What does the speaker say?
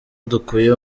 dukuye